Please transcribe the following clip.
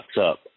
up